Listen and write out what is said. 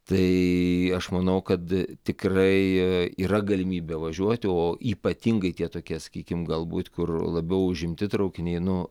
tai aš manau kad tikrai yra galimybė važiuoti o ypatingai tie tokie sakykim galbūt kur labiau užimti traukiniai nu